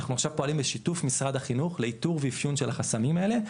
אנחנו עכשיו פועלים בשיתוף משרד החינוך לאיתור ואפיון של החסמים האלה,